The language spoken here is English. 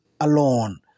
alone